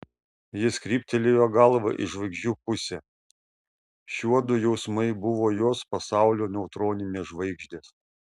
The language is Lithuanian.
jis kryptelėjo galvą į žvaigždžių pusę šiuodu jausmai buvo jos pasaulio neutroninės žvaigždės